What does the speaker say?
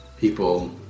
People